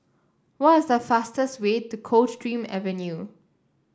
what is the fastest way to Coldstream Avenue